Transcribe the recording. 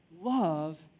love